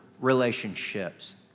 relationships